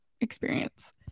experience